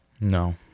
no